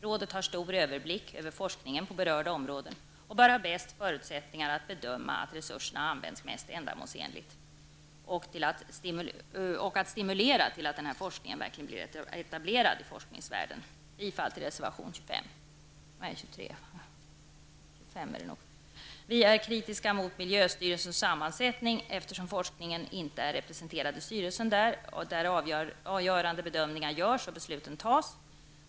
Rådet har stor överblick över forskningen på berörda områden och man har de bästa förutsättningarna att bedöma att resurserna används mest ändamålsenligt och att stimulera till att denna forskning verkligen blir etablerad i forskningsvärlden. Bifall till reservation Vi är kritiska mot miljöstyrelsens sammansättning, eftersom forskningen inte är representerad i styrelsen, där avgörande bedömningar görs och beslut fattas.